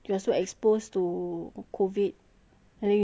and then you never know if the person that you are doing swabbing is actually